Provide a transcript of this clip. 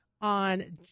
on